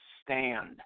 stand